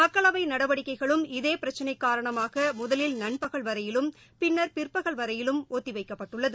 மக்களவை நடவடிக்கைகளும் இதே பிரச்சினை காரணமாக முதலில் நண்பகல் வரையிலும் பின்னர் பிற்பகல் வரையிலும் ஒத்திவைக்கப்பட்டுள்ளது